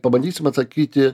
pabandysim atsakyti